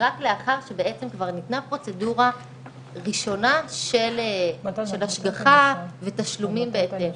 רק לאחר שכבר ניתנה פרוצדורה ראשונה של השגחה ותשלומים בהתאם.